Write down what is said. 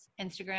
Instagram